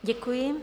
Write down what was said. Děkuji.